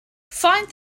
find